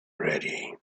ready